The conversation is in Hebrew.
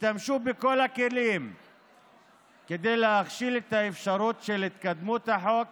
השתמשו בכל הכלים כדי להכשיל את האפשרות של התקדמות החוק